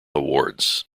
awards